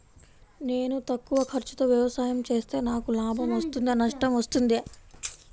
నేను తక్కువ ఖర్చుతో వ్యవసాయం చేస్తే నాకు లాభం వస్తుందా నష్టం వస్తుందా?